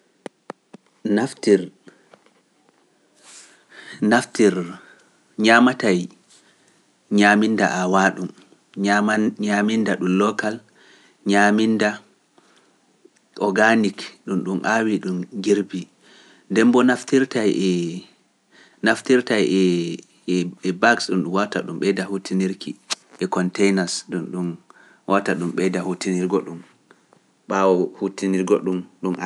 Naftir, naftir, ñaamatay ñaaminnda aawaaɗum, ñaamin- ñaaminnda ɗum local, ñaaminnda organic ɗum ɗum aawi ɗum girbii. Nden boo naftirtay e - naftirtay e - e bags ɗum ɗum watta ɗum ɓeyda huutinirki e containers ɗum ɗum watta ɗum ɓeyda huutinirgo ɗum ɓaawo huttinirgo.